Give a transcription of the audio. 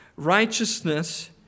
Righteousness